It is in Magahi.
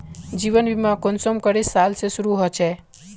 जीवन बीमा कुंसम करे साल से शुरू होचए?